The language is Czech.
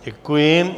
Děkuji.